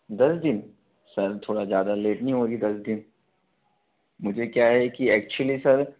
दस दिन सर थोड़ा ज़्यादा लेट नहीं होगी दस दिन मुझे क्या है अक्चूली सर